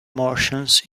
martians